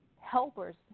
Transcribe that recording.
helpers